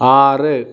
ആറ്